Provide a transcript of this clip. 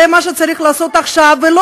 זה מה שצריך לעשות עכשיו ולא